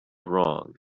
wrong